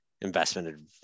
investment